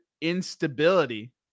instability